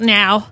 now